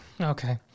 Okay